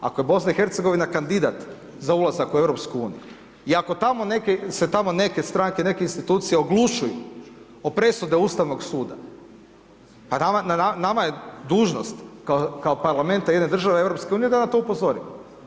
Ako je BiH kandidat za ulazak u EU i ako se tamo neke stranke, neke instituciju oglušuju o presudi Ustavnog suda, pa na nama je dužnost kako parlamenta jedne države EU da na to upozorimo.